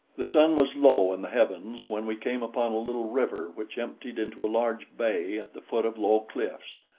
the sun was low in the heavens when we came upon a little river which emptied into a large bay at the foot of low cliffs.